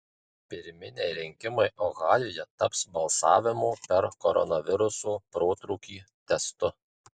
pirminiai rinkimai ohajuje taps balsavimo per koronaviruso protrūkį testu